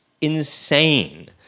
insane